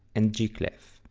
and g-clef.